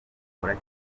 ukora